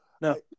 no